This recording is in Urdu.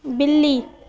بلّی